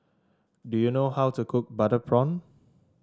do you know how to cook Butter Prawn